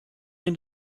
end